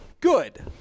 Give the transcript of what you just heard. good